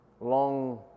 long